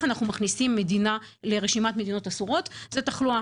אנחנו מכניסים מדינה לרשימת מדינות אסורות וזאת התחלואה.